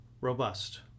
Robust